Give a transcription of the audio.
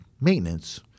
maintenance